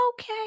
okay